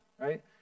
Right